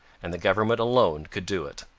and the government alone could do it.